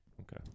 Okay